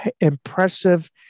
impressive